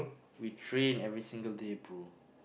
we train every single day bro